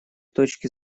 точки